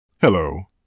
Hello